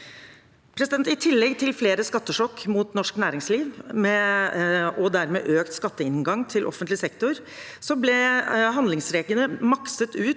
I tillegg til flere skattesjokk mot norsk næringsliv, og dermed økt skatteinngang til offentlig sektor, ble handlingsregelen makset ut